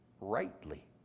rightly